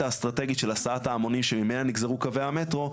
האסטרטגית של הסעת ההמונים שממנה נגזרו קווי המטרו,